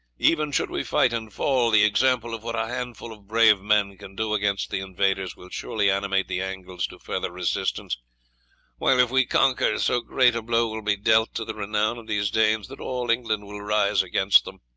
even should we fight and fall, the example of what a handful of brave men can do against the invaders will surely animate the angles to further resistance while if we conquer, so great a blow will be dealt to the renown of these danes that all england will rise against them.